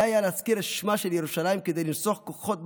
די היה להזכיר את שמה של ירושלים כדי לנסוך כוחות בהולכים.